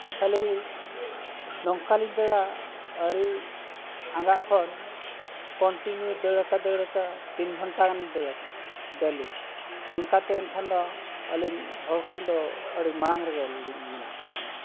ᱛᱟᱦᱚᱞᱮ ᱱᱚᱝᱠᱟᱞᱤᱧ ᱫᱟᱹᱲᱟ ᱟᱹᱣᱨᱤ ᱟᱸᱜᱟᱜ ᱠᱷᱚᱱ ᱠᱚᱱᱴᱤᱱᱤᱭᱩ ᱫᱟᱹᱲ ᱟᱠᱟᱫ ᱫᱟᱹᱲ ᱟᱠᱟᱫ ᱛᱤᱱ ᱜᱷᱚᱱᱴᱟ ᱜᱟᱱᱞᱤᱧ ᱫᱟᱹᱲ ᱟᱠᱟᱫᱟ ᱰᱮᱞᱤ ᱚᱱᱠᱟᱛᱮ ᱮᱱᱠᱷᱟᱱ ᱫᱚ ᱟᱹᱞᱤᱧ ᱦᱚᱲ ᱠᱷᱚᱱᱫᱚ ᱟᱹᱰᱤ ᱢᱟᱲᱟᱝ ᱨᱮᱜᱮ ᱢᱮᱱᱟᱜ ᱟᱠᱟᱜ ᱞᱤᱧᱟᱹ